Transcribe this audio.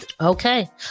okay